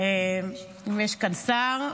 אם יש כאן שר,